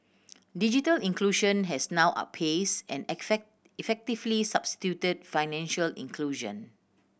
digital inclusion has now outpaced and effectively substituted financial inclusion